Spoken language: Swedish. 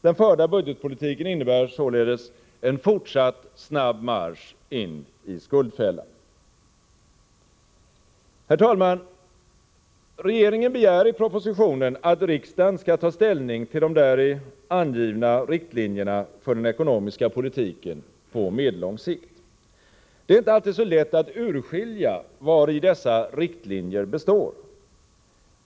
Den förda budgetpolitiken innebär således en fortsatt snabb marsch in i skuldfällan. Herr talman! Regeringen begär i propositionen att riksdagen skall ta ställning till de däri angivna riktlinjerna för den ekonomiska politiken på medellång sikt. Det är inte alltid så lätt att urskilja vari dessa riktlinjer består.